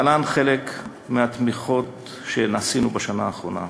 להלן חלק מהתמיכות שנתנו בשנה האחרונה: